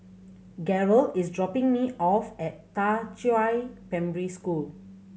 Gearld is dropping me off at Da Qiao Primary School